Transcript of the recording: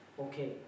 okay